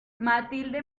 matilde